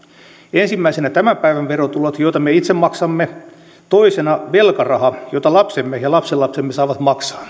ensimmäisenä tämän päivän verotulot joita me itse maksamme toisena velkaraha jota lapsemme ja lapsenlapsemme saavat maksaa